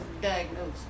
diagnosed